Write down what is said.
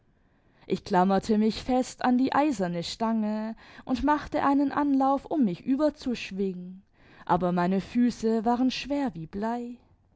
ich klammerte mich fest an die eiserne stange imd machte einen anlauf um mich überzuschwingen aber meine füße wari schwer wie blei